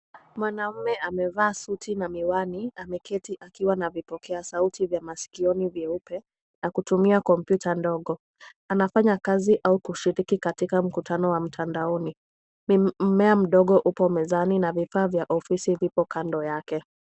Mwanaume amevaa suti na miwani ameketi akiwa na vipokea sauti vya masikioni vyeupe na kutumia kompyuta ndogo. Anafanya kazi au kushiriki katika mkutano wa mtandaoni. Mmea mdogo uko mezani na vifaa vya ofisi viko kando yake.